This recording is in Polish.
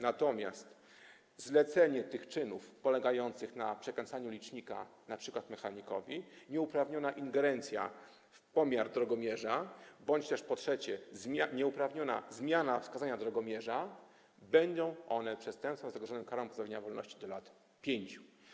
Natomiast świadome zlecenie czynów polegających na przekręcaniu licznika np. mechanikowi, nieuprawniona ingerencja w pomiar drogomierza bądź też, po trzecie, nieuprawniona zmiana wskazania drogomierza będą przestępstwem zagrożonym karą pozbawienia wolności do lat 5.